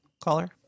Caller